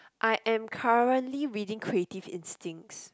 I am currently reading creative instincts